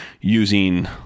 using